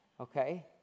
Okay